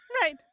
right